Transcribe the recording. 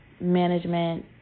management